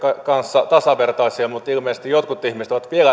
kanssa tasavertaisia mutta ilmeisesti jotkut ihmiset ovat vielä